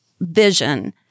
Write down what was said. vision